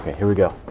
here we go